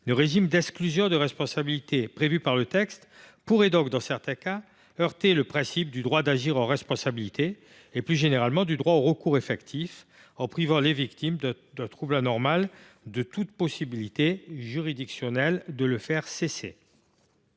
Le régime d’exclusion de responsabilité prévu par le texte pourrait, dans certains cas, heurter le principe du droit d’agir en responsabilité et, plus généralement, celui du droit au recours effectif, en privant les victimes d’un trouble anormal de toute possibilité juridictionnelle de le faire cesser.